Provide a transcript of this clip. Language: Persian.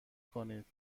کنید